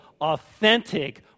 authentic